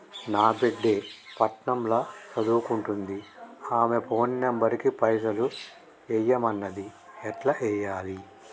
నా బిడ్డే పట్నం ల సదువుకుంటుంది ఆమె ఫోన్ నంబర్ కి పైసల్ ఎయ్యమన్నది ఎట్ల ఎయ్యాలి?